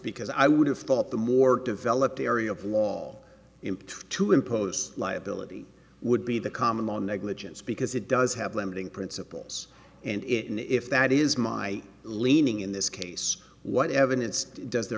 because i would have thought the more developed area of law to impose liability would be the common law negligence because it does have limiting principles and it an if that is my leaning in this case what evidence does